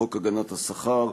חוק הגנת השכר,